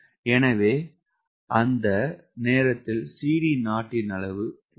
எனவே அந்த நேரத்தில் CD0 அளவு 0